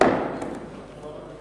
אם כן,